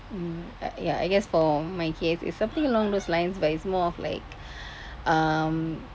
mm uh ya I guess for my case it's something along those lines but it's more of like um